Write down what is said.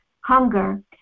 hunger